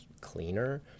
cleaner